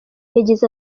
yagize